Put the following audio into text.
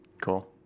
Cool